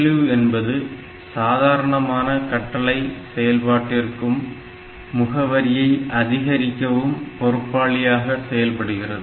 ALU என்பது சாதாரணமான கட்டளை செயல்பாட்டிற்கும் முகவரியை அதிகரிக்கவும் பொறுப்பாளியாக செயல்படுகிறது